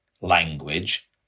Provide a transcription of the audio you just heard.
language